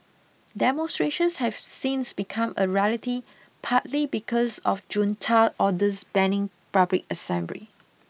demonstrations have since become a rarity partly because of junta orders banning public assembly